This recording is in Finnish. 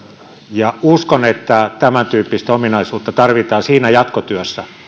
ja uskon että tämäntyyppistä ominaisuutta tarvitaan siinä jatkotyössä